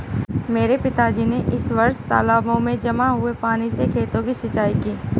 मेरे पिताजी ने इस वर्ष तालाबों में जमा हुए पानी से खेतों की सिंचाई की